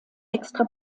extra